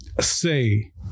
say